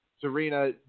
Serena